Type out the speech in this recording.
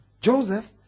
Joseph